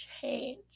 change